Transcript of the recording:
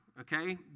okay